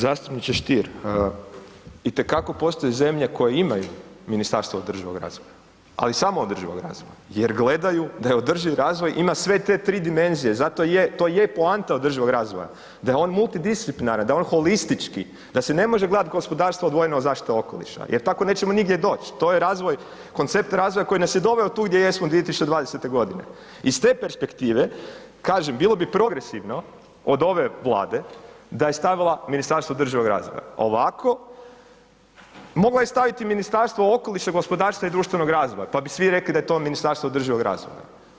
Zastupniče Stier, itekako postoje zemlje koje imaju Ministarstvo održivog razvoja, ali samo održivog razvoja jer gledaju da je održiv razvoj i na sve te 3 dimenzije, zato i je, to je poanta održivog razvoja da je on multidisciplinaran, da je on holistički, da se ne može gledat gospodarstvo odvojeno od zaštite okoliša jer tako nećemo nigdje doć, to je razvoj, koncept razvoja koji nas je doveo tu gdje jesmo 2020.g. Iz te perspektive, kažem, bilo bi progresivno od ove vlade da je stavila Ministarstvo održivog razvoja, ovako mogla je staviti i Ministarstvo okoliša, gospodarstva i društvenog razvoja, pa bi svi rekli da je to Ministarstvo održivog razvoja.